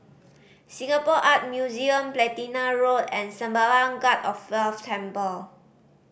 Singapore Art Museum Platina Road and Sembawang God of Wealth Temple